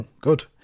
good